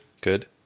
good